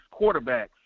quarterbacks